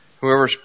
Whoever